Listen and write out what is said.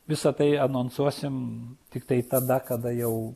visa tai anonsuosim tiktai tada kada jau